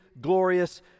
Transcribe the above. glorious